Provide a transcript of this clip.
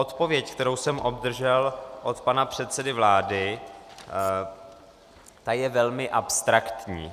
Odpověď, kterou jsem obdržel od pana předsedy vlády, je velmi abstraktní.